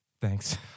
Thanks